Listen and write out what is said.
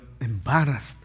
embarrassed